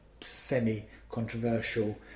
semi-controversial